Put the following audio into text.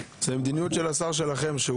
המדיניות של השר שלכם היא: